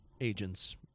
Agents